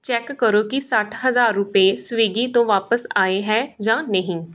check ਕਰੋ ਕਿ ਸੱਠ ਹਜ਼ਾਰ ਰੁਪਏ ਸਵਿਗੀ ਤੋਂ ਵਾਪਿਸ ਆਏ ਹੈ ਜਾਂ ਨਹੀਂ